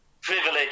privilege